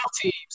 teams